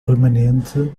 permanente